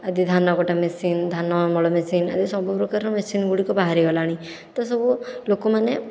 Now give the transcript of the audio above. ଆଦି ଧାନ କଟା ମେସିନ ଧାନ ଅମଳ ମେସିନ ଆଦି ସବୁ ପ୍ରକାରର ମେସିନ ଗୁଡ଼ିକ ବାହାରି ଗଲାଣି ତ ସବୁ ଲୋକମାନେ